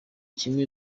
kimwe